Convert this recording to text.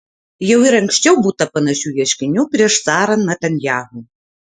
jau ir anksčiau būta panašių ieškinių prieš sara netanyahu